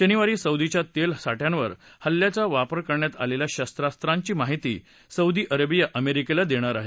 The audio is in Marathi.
शनिवारी सौदीच्या तेल साठ्यांवरील हल्ल्यात वापरण्यात आलेल्या शस्त्रास्त्रांची माहिती सौदी अरेबिया अमेरिकेला देणार आहे